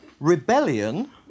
Rebellion